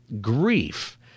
grief